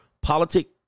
politics